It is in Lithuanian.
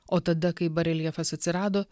o tada kai bareljefas atsirado